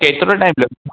केतिरो टाइम लॻंदो